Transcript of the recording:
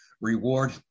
reward